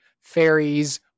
fairies